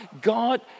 God